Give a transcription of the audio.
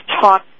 Talk